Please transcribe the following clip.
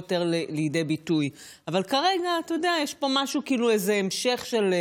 תודה לחבר הכנסת מכלוף מיקי